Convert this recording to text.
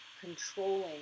controlling